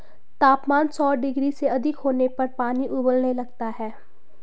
तापमान सौ डिग्री से अधिक होने पर पानी उबलने लगता है